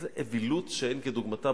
זו אווילות שאין כדוגמתה.